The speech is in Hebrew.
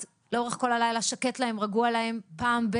לאורך כל הלילה שקט להם, רגוע להם, פעם ב